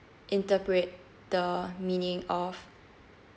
interpret the meaning of